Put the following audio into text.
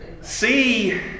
See